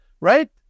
right